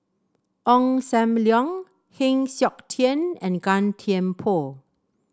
Ong Sam Leong Heng Siok Tian and Gan Thiam Poh